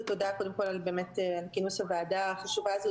וקודם כול תודה על כינוס הוועדה החשובה הזו,